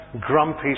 grumpy